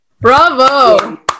Bravo